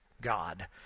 God